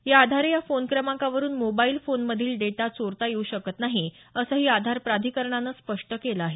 याआधारे या फोन क्रमांकावरून मोबाईल फोनमधील डेटा चोरता येऊ शकता नाही असंही आधार प्राधिकरणानं स्पष्ट केलं आहे